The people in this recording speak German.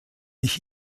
ich